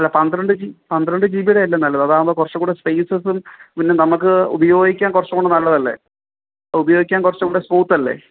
അല്ല പന്ത്രണ്ട് ജി പന്ത്രണ്ട് ജി ബിടെ അല്ലേ നല്ലത് അതാവുമ്പോൾ കുറച്ചും കൂടെ സ്പെയ്സസും പിന്നെ നമുക്ക് ഉപയോഗിക്കാം കുറച്ചും കൂടെ നല്ലതല്ലേ ഉപയോഗിക്കാന് കുറച്ചൂടെ സ്മ്മൂത്തല്ലേ